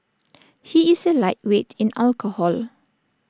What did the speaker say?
he is A lightweight in alcohol